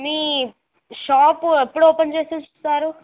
మీ shop ఎప్పుడు open చేసేస్తారు